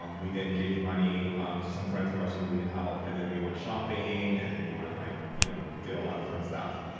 um we then gave money um to some friends of ours who needed help and then, we went shopping. and we like you know did a lot of fun stuff.